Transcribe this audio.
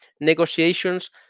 negotiations